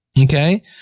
Okay